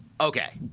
Okay